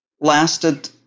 lasted